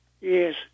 Yes